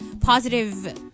positive